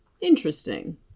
Interesting